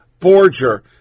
Borger